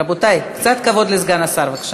רבותי, קצת כבוד לסגן השר בבקשה.